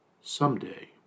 someday